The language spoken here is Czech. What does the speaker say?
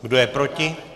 Kdo je proti?